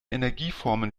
energieformen